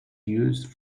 used